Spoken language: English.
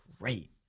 great